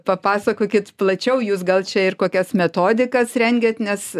papasakokit plačiau jūs gal čia ir kokias metodikas rengiat nes